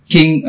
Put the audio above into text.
King